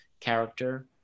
character